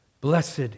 Blessed